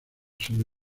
sobre